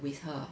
with her